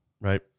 right